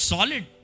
Solid